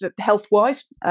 health-wise